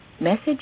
Message